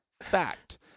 fact